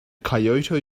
kyoto